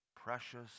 precious